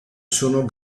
sono